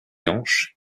hanches